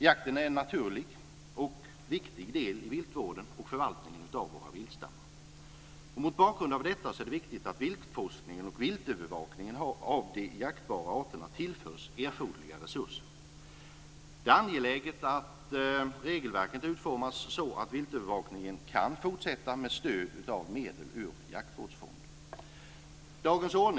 Jakten är en naturlig och viktig del i viltvården och förvaltningen av våra viltstammar. Mot bakgrund av detta är det viktigt att viltforskningen och övervakningen av de jaktbara arterna tillförs erforderliga resurser. Det är angeläget att regelverken utformas så att viltövervakningen kan fortsätta med stöd av medel ur Jaktvårdsfonden.